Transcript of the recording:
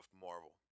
Marvel